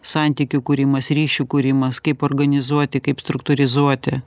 santykių kūrimas ryšių kūrimas kaip organizuoti kaip struktūrizuoti